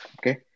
okay